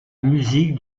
musique